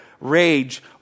rage